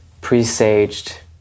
presaged